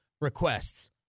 requests